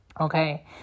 Okay